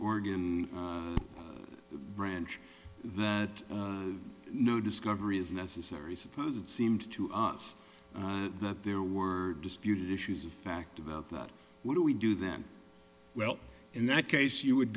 organ branch that no discovery is necessary suppose it seemed to us that there were disputed issues of fact about that what do we do then well in that case you would